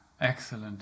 excellent